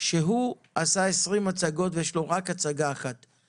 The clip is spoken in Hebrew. שביטל 19 הצגות מתוך 20,